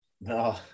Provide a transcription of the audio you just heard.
No